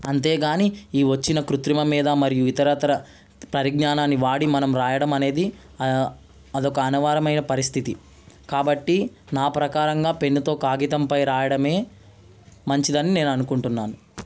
అంతేగాని ఈ వచ్చిన కృత్రిమ మీద మరియు ఇతర ఇతర పరిజ్ఞానాన్ని వాడి మనం రాయడం అనేది అదొక అనివార్యమైన పరిస్థితి కాబట్టి నా ప్రకారంగా పెన్నుతో కాగితంపై రాయడమే మంచిదని నేను అనుకుంటున్నాను